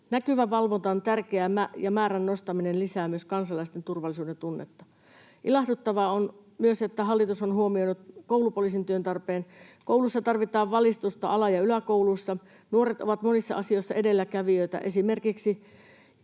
Näkyvä valvonta on tärkeää, ja määrän nostaminen lisää myös kansalaisten turvallisuuden tunnetta. Ilahduttavaa on myös, että hallitus on huomioinut koulupoliisin työn tarpeen. Koulussa tarvitaan valistusta ala- ja yläkoulussa. Nuoret ovat monissa asioissa edelläkävijöitä, esimerkiksi